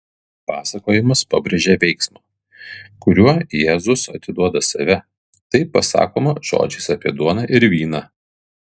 pasakojimas pabrėžia veiksmą kuriuo jėzus atiduoda save tai pasakoma žodžiais apie duoną ir vyną